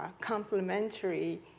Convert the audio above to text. complementary